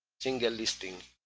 single listing